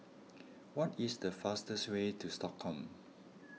what is the fastest way to Stockholm